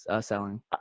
selling